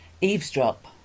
eavesdrop